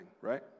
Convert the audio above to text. right